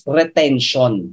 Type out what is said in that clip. retention